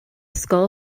skull